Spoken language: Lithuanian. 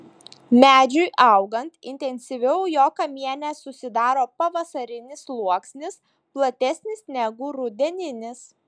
medžiui augant intensyviau jo kamiene susidaro pavasarinis sluoksnis platesnis negu rudeninis